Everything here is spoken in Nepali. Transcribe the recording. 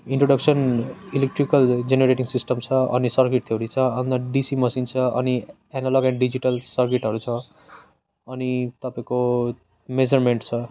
इन्ट्रोडक्सन इलेक्ट्रिकल जेनेरेटिङ सिस्टम अनि सर्किट थ्योरी छ अन्त डिसी मसिन छ अनि एनालग एन्ड डिजिटल सर्किटहरू छ अनि तपाईँको मेजर्मेन्ट छ